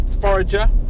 Forager